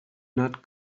not